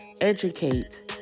educate